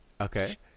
Okay